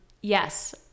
yes